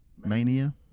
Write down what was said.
mania